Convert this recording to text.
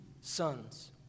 sons